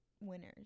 winners